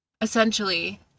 essentially